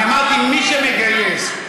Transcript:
אני אמרתי: מי שמגייס.